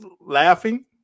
laughing